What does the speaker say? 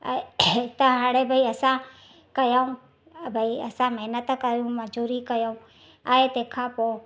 ऐं त हाणे भई असां कयूं भई असां महिनत कयूं मज़दूरी कयूं ऐं तंहिंखां पोइ